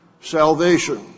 salvation